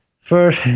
First